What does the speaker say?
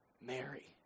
Mary